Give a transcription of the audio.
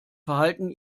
verhalten